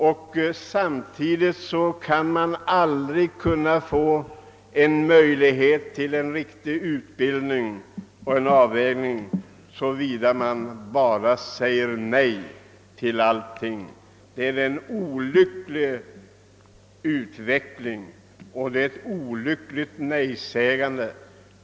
Inte heller kan man någon gång få möjlighet att genomföra en riktig utbildning om man bara säger nej till alla krav. Det är en olycklig utveckling med detta nejsägande.